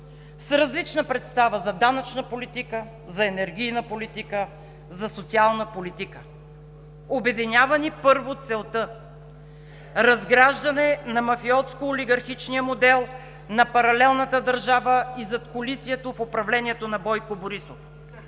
с различна представа за данъчна политика, за енергийна политика, за социална политика. Обединява ни първо целта – разграждане на мафиотско-олигархичния модел на паралелната държава и задкулисието в управлението на Бойко Борисов